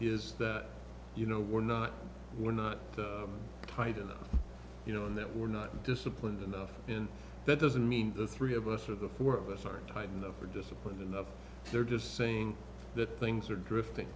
is that you know we're not we're not tied and you know that we're not disciplined enough and that doesn't mean the three of us or the four of us are tight enough or disciplined enough they're just saying that things are drifting